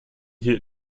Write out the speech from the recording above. hielt